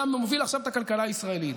היה מוביל עכשיו את הכלכלה הישראלית,